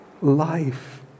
life